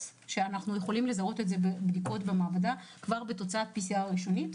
שאפשר לזהות בבדיקות מעבדה כבר בתוצאת בדיקת PCR ראשונית.